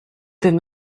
them